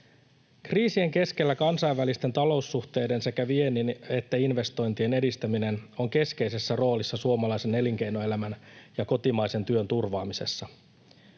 Kriisien keskellä kansainvälisten taloussuhteiden ja sekä viennin että investointien edistäminen on keskeisessä roolissa suo-malaisen elinkeinoelämän ja kotimaisen työn turvaamisessa.